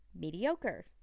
mediocre